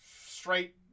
straight